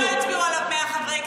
על מה אתה מדבר?